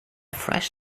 fresh